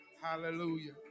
Hallelujah